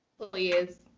Please